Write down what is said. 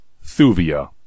Thuvia